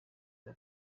bwa